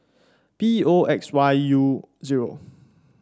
P O X Y U zero